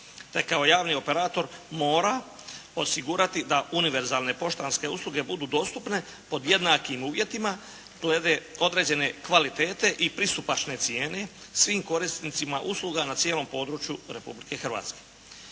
kao javni operator mora osigurati da univerzalne poštanske usluge budu dostupne pod jednakim uvjetima glede određene kvalitete i pristupačne cijene svim korisnicima usluga na cijelom području Republike Hrvatske.